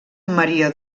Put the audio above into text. maria